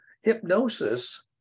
hypnosis